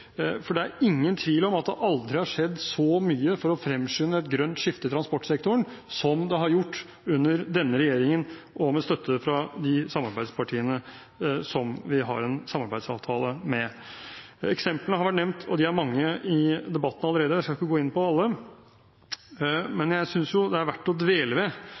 for det er ingen tvil om at det aldri har skjedd så mye for å fremskynde et grønt skifte i transportsektoren som det har gjort under denne regjeringen, med støtte fra de samarbeidspartiene som vi har en samarbeidsavtale med. Eksemplene har vært nevnt – og de er mange – i debatten allerede. Jeg skal ikke gå inn på alle, men jeg synes det er verdt å dvele ved